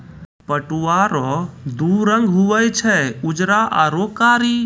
पटुआ रो दू रंग हुवे छै उजरा आरू कारी